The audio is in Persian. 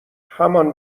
همان